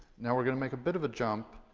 now we're gonna make a bit of a jump,